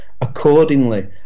accordingly